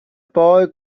boy